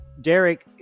Derek